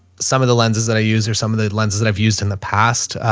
some of the lenses that i use or some of the lenses that i've used in the past, ah,